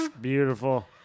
Beautiful